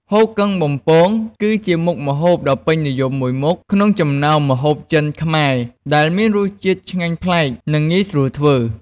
ហ៊ូគឹងបំពង គឺជាមុខម្ហូបដ៏ពេញនិយមមួយមុខក្នុងចំណោមម្ហូបចិន-ខ្មែរ ដែលមានរសជាតិឆ្ងាញ់ប្លែក និងងាយស្រួលធ្វើ។